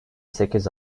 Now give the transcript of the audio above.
sekiz